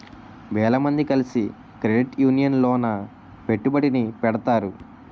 వేల మంది కలిసి క్రెడిట్ యూనియన్ లోన పెట్టుబడిని పెడతారు